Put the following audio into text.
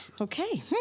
Okay